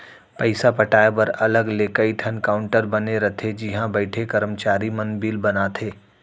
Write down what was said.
पइसा पटाए बर अलग ले कइ ठन काउंटर बने रथे जिहॉ बइठे करमचारी मन बिल बनाथे